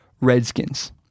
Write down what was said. Redskins